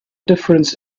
difference